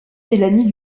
mélanie